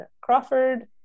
Crawford